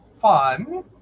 fun